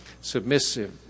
submissive